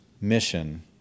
mission